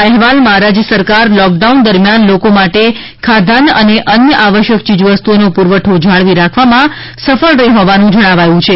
આ અહેવાલમાં રાજ્ય સરકાર લોક ડાઉન દરમિયાન લોકો માટે ખાધાન્ન અને અન્ય આવશ્યક ચીજ વસ્તુઓનો પુરવઠો જાળવી રાખવામાં સફળ રહી હોવાનું જણાવાયું છે